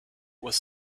was